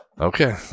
okay